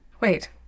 Wait